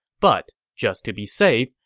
but just to be safe,